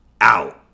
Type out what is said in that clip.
Out